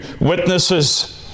witnesses